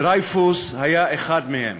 דרייפוס היה אחד מהם.